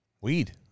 Weed